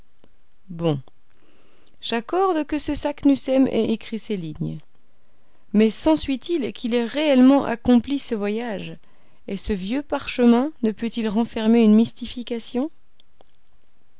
bon j'accorde que ce saknussemm ait écrit ces lignes mais sensuit il qu'il ait réellement accompli ce voyage et ce vieux parchemin ne peut-il renfermer une mystification